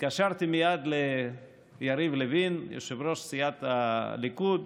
התקשרתי מייד ליריב לוין, יושב-ראש סיעת הליכוד.